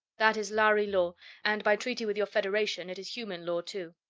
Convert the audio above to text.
that is lhari law and by treaty with your federation, it is human law, too.